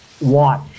watch